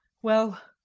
well,